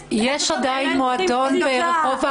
גבי, אני רק מזכירה קצת